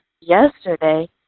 yesterday